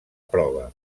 prova